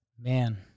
Man